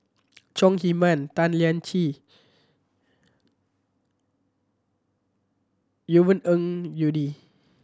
Chong Heman Tan Lian Chye Yvonne Ng Uhde